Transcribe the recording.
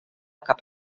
cap